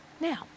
Now